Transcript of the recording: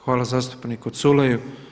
Hvala zastupniku Culeju.